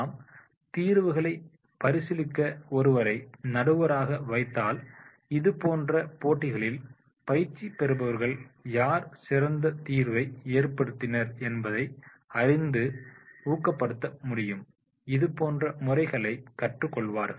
நாம் தீர்வுகளை பரிசீலிக்க ஒருவரை நடுவராக வைத்தாள் இதுபோன்ற போட்டிகளில் பயிற்சி பெறுபவர்கள் யார் சிறந்த தீர்வை ஏற்படுத்தினர் என்பதை அறிந்து ஊக்கப்படுத்த முடியும் இதுபோன்ற முறைகளை கற்றுக் கொள்வார்கள்